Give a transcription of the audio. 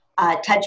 touch